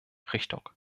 richtung